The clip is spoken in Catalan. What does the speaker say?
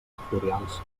sectorials